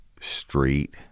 Street